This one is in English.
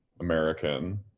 American